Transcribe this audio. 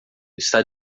está